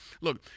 Look